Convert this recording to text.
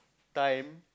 time